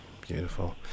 Beautiful